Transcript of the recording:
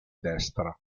destra